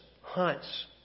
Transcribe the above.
hunts